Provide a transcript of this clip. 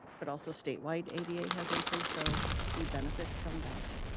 but also statewide ada has increased. so we benefit from that.